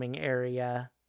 area